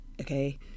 Okay